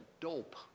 dope